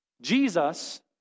Jesus